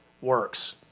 works